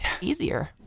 easier